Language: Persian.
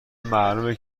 معلومه